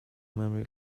memory